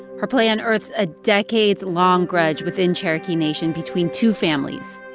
her play unearths a decades-long grudge within cherokee nation between two families,